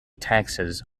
texas